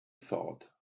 thought